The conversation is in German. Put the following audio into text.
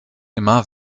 immer